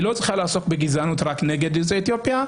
היא לא צריכה לעסוק בגזענות רק נגד יוצאי אתיופיה,